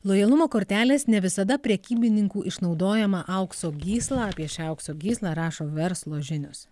lojalumo kortelės ne visada prekybininkų išnaudojamą aukso gyslą apie šią aukso gyslą rašo verslo žinios